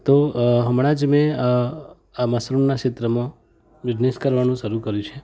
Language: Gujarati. તો હમણાં જ મેં મશરૂમના ક્ષેત્રમાં બિઝનેસ કરવાનું શરૂ કર્યું છે